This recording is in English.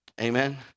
Amen